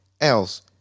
else